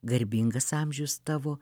garbingas amžius tavo